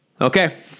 Okay